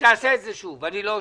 תעשה את זה שוב, לא שמעתי.